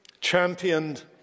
championed